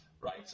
right